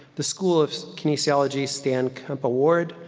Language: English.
the school of kinesiology stan comp award,